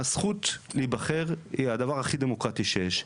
הזכות להיבחר היא הדבר הכי דמוקרטי שיש.